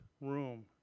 room